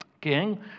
King